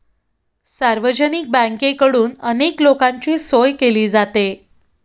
सार्वजनिक बँकेकडून अनेक लोकांची सोय केली जाते